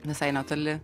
visai netoli